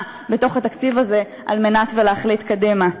בתוך התקציב הזה על מנת להחליט קדימה.